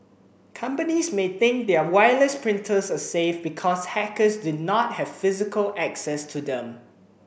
companies may think their wireless printers are safe because hackers do not have physical access to them